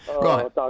Right